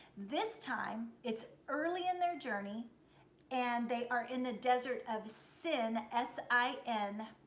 this time, it's early in their journey and they are in the desert of sin, s i n,